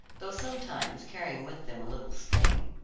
though sometimes carrying with them a little sting.